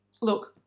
look